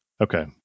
Okay